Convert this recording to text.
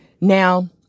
Now